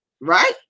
right